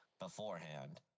beforehand